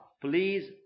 please